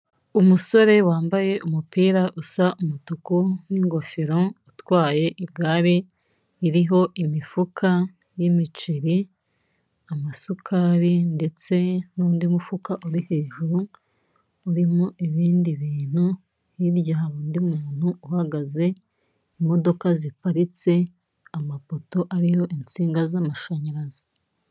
Umusore wambaye umupira usa umutuku n'ingofero, utwaye igare ririho imifuka y'imiceri, amasukari ndetse n'undi mufuka uri hejuru urimo ibindi bintu, hirya hari undi muntu uhagaze, imodoka ziparitse, amapoto ariho insinga z'amashanyarazi.